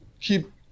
keep